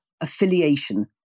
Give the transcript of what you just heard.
affiliation